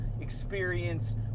experience